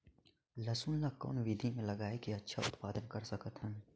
लसुन ल कौन विधि मे लगाय के अच्छा उत्पादन कर सकत हन?